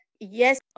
yes